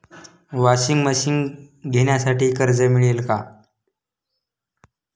Washing machine घेण्यासाठी कर्ज मिळेल का?